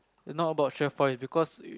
it not about chef fai because you